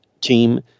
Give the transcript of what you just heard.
team